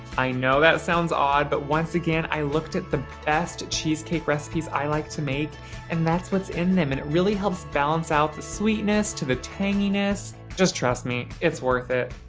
i know that sounds odd, but once again, i looked at the best cheesecake recipes i like to make and that's what's in them and it really helps balance out the sweetness to the tanginess. just trust me, it's worth it.